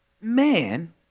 man